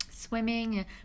swimming